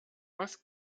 was